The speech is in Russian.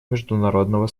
международного